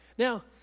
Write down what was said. Now